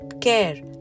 care